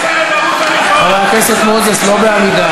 אתה רוצה שיהיה לכם מונופול על היהדות.